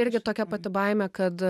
irgi tokia pati baimė kad